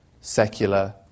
secular